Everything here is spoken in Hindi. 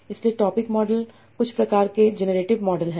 इसलिए टॉपिक मॉडल कुछ प्रकार के जेनेरेटिव मॉडल है